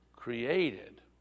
created